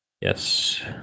Yes